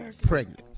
pregnant